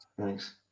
Thanks